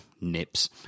Nips